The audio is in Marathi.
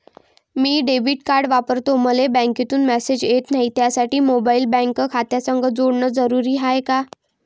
मी डेबिट कार्ड वापरतो मले बँकेतून मॅसेज येत नाही, त्यासाठी मोबाईल बँक खात्यासंग जोडनं जरुरी हाय का?